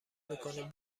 میکنیم